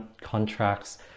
contracts